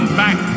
back